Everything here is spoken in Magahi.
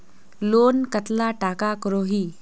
लोन कतला टाका करोही?